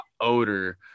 odor